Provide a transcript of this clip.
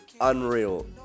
unreal